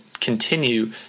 continue